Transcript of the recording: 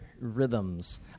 rhythms